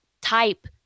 type